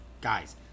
guys